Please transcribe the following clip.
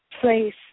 place